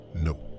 No